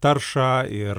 taršą ir